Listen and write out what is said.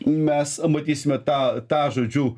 mes matysime tą tą žodžiu